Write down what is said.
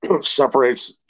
separates